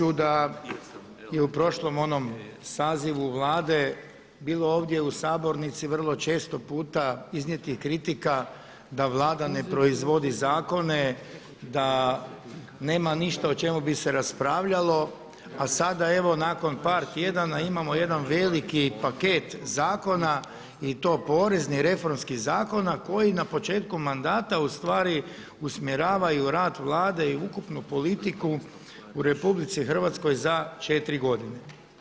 Reći ću da je u prošlom onom sazivu Vlade bilo ovdje u sabornici vrlo često puta iznijetih kritika da Vlada ne proizvodi zakone, da nema ništa o čemu bi se raspravljalo a sada evo nakon par tjedana imamo jedan veliki paket zakona i to poreznih, reformskih zakona koji na početku mandata u stvari usmjeravaju rad Vlade i ukupnu politiku u RH za četiri godine.